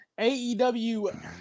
AEW